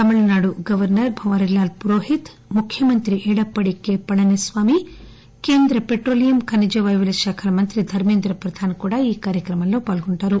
Tamil Nadu governor Banwarilal Purohit ముఖ్యమంత్రి Edappadi K Palaniswami కేంద్ర petroleum ఖనిజవాయువు శాఖల మంత్రి ధర్మేంద్ర ప్రధాన్ కూడా ఈ కార్యక్రమంలో పాల్గొంటారు